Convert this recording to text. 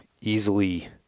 easily